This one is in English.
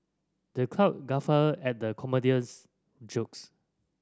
the crowd guffawed at the comedian's jokes